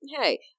hey